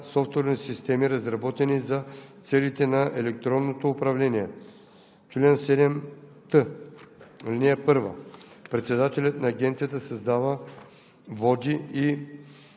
V с чл. 7т: „Раздел V Регистър на софтуерни системи, разработени за целите на електронното управление Чл. 7т.